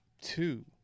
two